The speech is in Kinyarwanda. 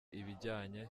ibijyanye